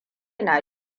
na